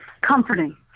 Comforting